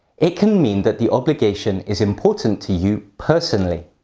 it can mean that the obligation is important to you personally.